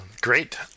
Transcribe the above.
Great